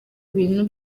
ibintu